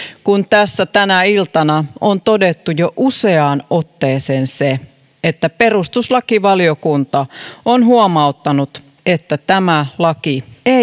kun tässä tänä iltana on todettu jo useaan otteeseen se että perustuslakivaliokunta on huomauttanut että tämä laki